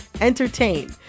entertain